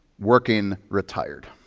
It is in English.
working, retired,